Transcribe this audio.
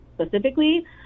specifically